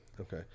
Okay